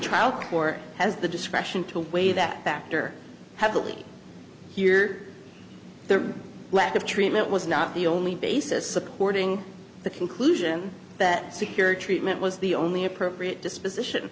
court has the discretion to weigh that factor heavily here the lack of treatment was not the only basis supporting the conclusion that secure treatment was the only appropriate disposition